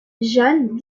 jeanne